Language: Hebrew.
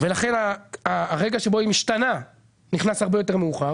ולכן הרגע שבו היא משתנה נכנס הרבה יותר מאוחר.